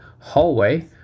hallway